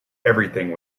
everything